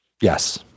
Yes